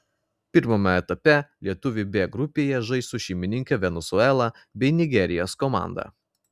pirmame etape lietuviai b grupėje žais su šeimininke venesuela bei nigerijos komanda